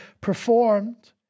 performed